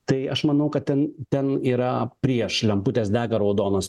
tai aš manau kad ten ten yra prieš lemputės dega raudonos